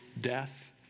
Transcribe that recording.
death